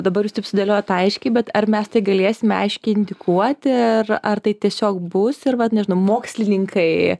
dabar jūs taip sudėliojot aiškiai bet ar mes tai galėsime aiškiai indikuoti ir ar tai tiesiog bus ir vat nežinau mokslininkai